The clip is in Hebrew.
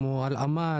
כמו הלאמה,